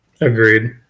Agreed